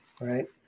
right